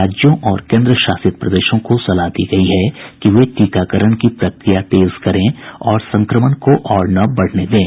राज्यों और केन्द्र शासित प्रदेशों को सलाह दी गई है कि वे टीकाकरण की प्रक्रिया तेज करें और संक्रमण को और न बढ़ने दें